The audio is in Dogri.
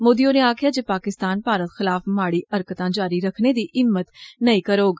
मोदी होरें आक्खेया जे पाकिस्तान भारत खिलाफ माड़ी हरकतां जारी रखने दी हिम्मत नेईं करग